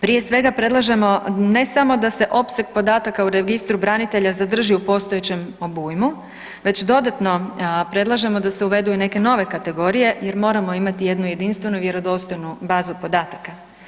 Prije svega predlažemo ne samo da se opseg podataka u Registru branitelja zadrži u postojećem obujmu već dodatno predlažemo da se uvedu i neke nove kategorije jer moramo imati jednu jedinstvenu i vjerodostojnu bazu podataka.